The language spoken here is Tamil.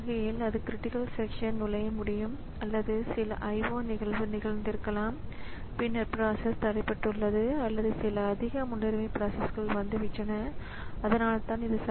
நீங்கள் எந்த ஒரு ப்ராஸஸரையோ எந்த ஒரு மைக்ரோப்ராஸஸரையோ பார்த்தால் இந்த மைக்ரோ ப்ராஸஸரை ரீஸெட் அல்லது பவர் ஆன் செய்தால் அதன் ப்ரோக்ராம் கவுண்டர் அல்லது பிசி சில குறிப்பிட்ட மதிப்பைப் பெறுகிறது என்று அது கூறுகிறது என்பதை காணலாம்